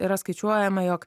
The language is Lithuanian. yra skaičiuojama jog